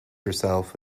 herself